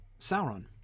Sauron